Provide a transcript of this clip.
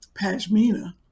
pashmina